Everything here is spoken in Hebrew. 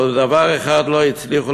אבל דבר אחד לא הצליחו,